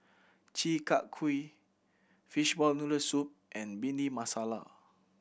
Chi Kak Kuih fishball noodle soup and Bhindi Masala